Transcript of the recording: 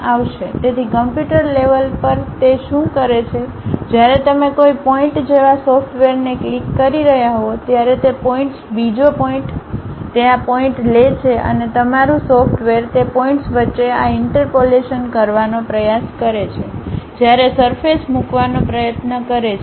તેથી computer level પર તે શું કરે છે જ્યારે તમે કોઈ પોઇન્ટ જેવા સોફ્ટવેરને ક્લિક કરી રહ્યા હો ત્યારે તે પોઇન્ટ્સ બીજો પોઇન્ટ તે આ પોઇન્ટ લે છે અને તમારું સોફ્ટવેર તે પોઇન્ટ્સ વચ્ચે આ ઈન્ટરપોલેશન કરવાનો પ્રયાસ કરે છે જ્યારે સરફેસ મૂકવાનો પ્રયત્ન કરે છે